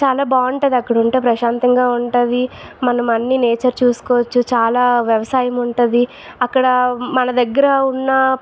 చాలా బాగుంటుంది అక్కడ ఉంటే ప్రశాంతంగా గా ఉంటుంది మనం అన్ని నేచర్ చూసుకోవచ్చు చాలా వ్యవసాయం ఉంటుంది అక్కడ మన దగ్గర ఉన్న